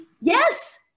Yes